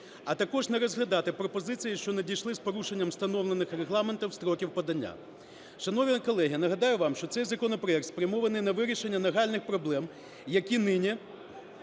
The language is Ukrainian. а також не розглядати пропозиції, що надійшли з порушенням встановлених Регламентом строків подання. Шановні колеги, нагадаю вам, що цей законопроект спрямований на вирішення нагальних проблем, які нині